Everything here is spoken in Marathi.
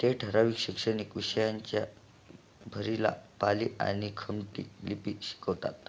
ते ठरावीक शैक्षणिक विषयांच्या भरीला पाली आणि खमटी लिपी शिकवतात